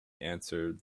answered